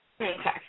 Okay